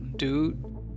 Dude